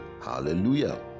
Hallelujah